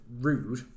Rude